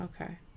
okay